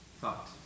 thought